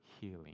healing